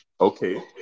Okay